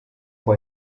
può